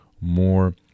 more